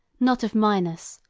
not of minos,